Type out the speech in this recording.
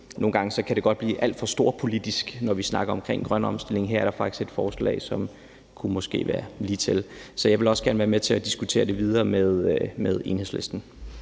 nogle gange godt kan blive alt for storpolitisk, når vi snakker om grøn omstilling, og her er der faktisk et forslag, som måske kunne være lige til, så jeg vil også gerne være med til at diskutere det videre med Enhedslisten.